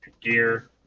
gear